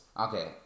Okay